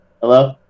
Hello